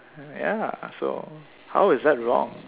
yeah ya so how is that wrong